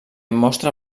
mostrà